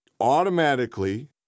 automatically